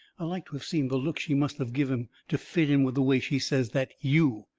i like to of seen the look she must of give him to fit in with the way she says that you.